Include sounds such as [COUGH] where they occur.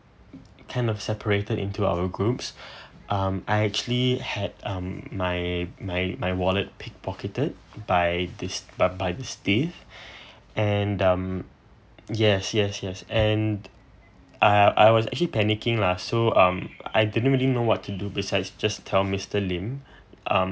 kind of separated into our groups [BREATH] um I actually had um my my my wallet pick pocketed by this by by this thieves [BREATH] and um yes yes yes and I I was actually panicking lah so um I didn't really know what to do besides just tell mister lim [BREATH] um